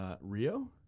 Rio